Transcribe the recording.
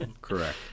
correct